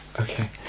Okay